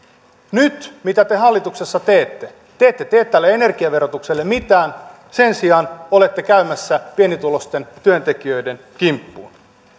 mitä te nyt hallituksessa teette te te ette tee tälle energiaverotukselle mitään sen sijaan olette käymässä pienituloisten työntekijöiden kimppuun